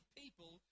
people